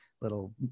little